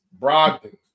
Brogdon